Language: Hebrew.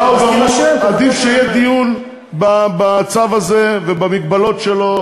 ולכן באו ואמרו: עדיף שיהיה דיון בצו הזה ובמגבלות שלו,